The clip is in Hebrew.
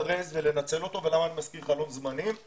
להזדרז ולנצל אותו, ולמה אני מזכיר חלון זמנים?